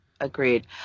Agreed